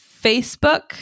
facebook